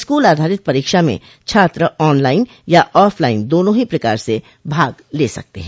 school आधारित परीक्षा में छात्र ऑल लाइन या ऑफ लाइन दोनों ही प्रकार से भाग ले सकते हैं